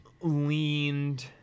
leaned